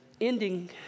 ending